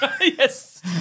Yes